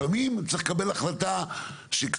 לפעמים צריך לקבל החלטה שקצת,